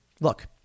Look